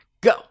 Go